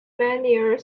vanier